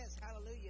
hallelujah